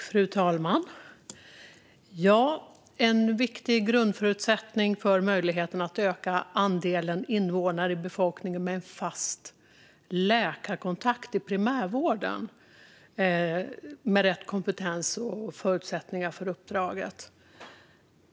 Fru talman! Jag vill ta upp en viktig grundförutsättning för möjligheten att öka andelen invånare i befolkningen med en fast läkarkontakt i primärvården med rätt kompetens och förutsättningar för uppdraget.